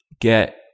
get